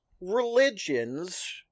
religions